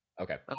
Okay